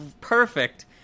perfect